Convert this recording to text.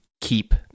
keep